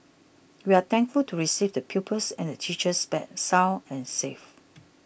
we are thankful to receive the pupils and the teachers back sound and safe